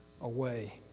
away